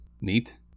neat